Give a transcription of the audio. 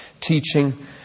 teaching